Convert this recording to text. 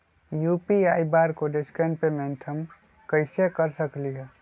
UPI barcode scan payment हम कईसे कर सकली ह?